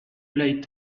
plate